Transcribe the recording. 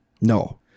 No